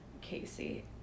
Casey